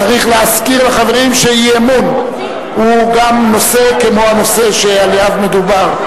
צריך להזכיר לחברים שאי-אמון הוא גם נושא כמו הנושא שעליו מדובר,